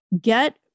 get